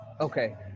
Okay